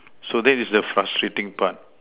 so that is the frustrating part